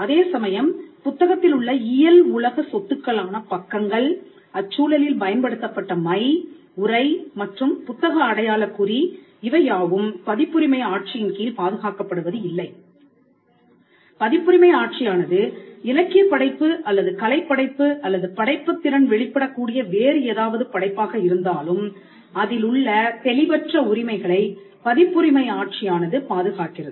அதேசமயம் புத்தகத்திலுள்ள இயல் உலக சொத்துக்களான பக்கங்கள் அச்சூழலில் பயன்படுத்தப்பட்ட மை உரை மற்றும் புத்தக அடையாள குறி இவையாவும் பதிப்புரிமை ஆட்சியின்கீழ் பாதுகாக்கப்படுவது இல்லை பதிப்புரிமை ஆட்சியானது இலக்கியப் படைப்பு அல்லது கலைப்படைப்பு அல்லது படைப்புத்திறன் வெளிப்படக்கூடிய வேறு ஏதாவது படைப்பாக இருந்தாலும் அதிலுள்ள தெளிவற்ற உரிமைகளை பதிப்புரிமை ஆட்சியானது பாதுகாக்கிறது